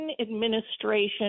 administration